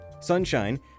Sunshine